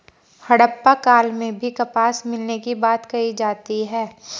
हड़प्पा काल में भी कपास मिलने की बात कही जाती है